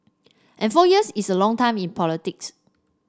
and four years is a long time in politics